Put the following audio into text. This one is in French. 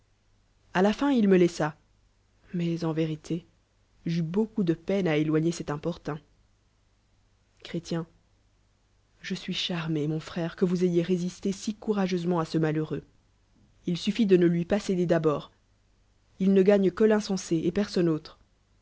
retire-toi la au il me laissa mais en vérité j'eus bcancoup de peine â éloigner cet importun hré je suis charmé y mon fr re que vous ayez résisté si courageusement à ce malheureux il suffit de ne lui pas céder d'abord il ne agne que l'insensé et